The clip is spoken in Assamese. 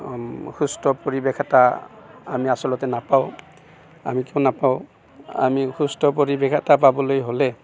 সুস্থ পৰিৱেশ এটা আমি আচলতে নাপাওঁ আমি কিয় নাপাওঁ আমি সুস্থ পৰিৱেশ এটা পাবলৈ হ'লে